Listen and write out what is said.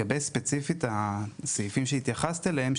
ספציפית לגבי הסעיפים שהתייחסת אליהם,